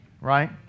right